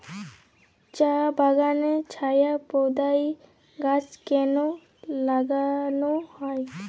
চা বাগানে ছায়া প্রদায়ী গাছ কেন লাগানো হয়?